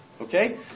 Okay